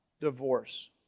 divorce